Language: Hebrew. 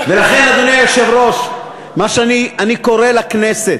ולכן, אדוני היושב-ראש, אני קורא לכנסת,